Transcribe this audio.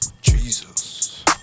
jesus